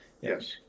Yes